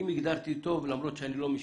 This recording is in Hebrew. אם הגדרתי טוב למרות שאני לא משפטן.